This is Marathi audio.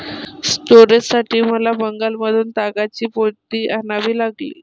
स्टोरेजसाठी मला बंगालमधून तागाची पोती आणावी लागली